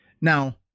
Now